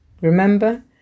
Remember